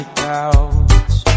doubts